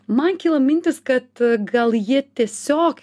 man kyla mintys kad gal ji tiesiog